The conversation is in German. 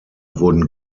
wurden